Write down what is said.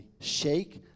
Shake